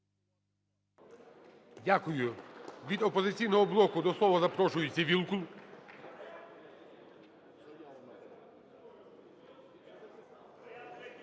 Дякую. Від "Опозиційного блоку" до слова запрошується Вілкул.